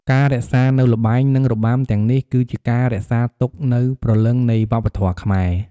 ការរក្សានូវល្បែង និងរបាំទាំងនេះ គឺជាការរក្សាទុកនូវព្រលឹងនៃវប្បធម៌ខ្មែរ។